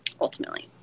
ultimately